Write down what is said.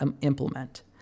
implement